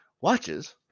watches